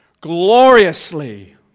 gloriously